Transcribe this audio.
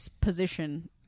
position